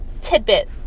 tidbit